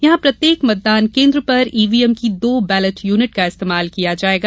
यहां प्रत्येक मतदान केंद्र पर ईवीएम की दो बैलेट यूनिट का इस्तेमाल किया जायेगा